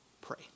pray